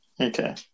Okay